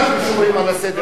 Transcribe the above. תמיד אנחנו שומרים על הסדר.